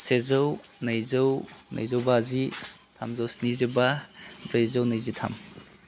सेजौ नैजौ नैजौ बाजि थामजौ स्निजिबा ब्रैजौ नैजिथाम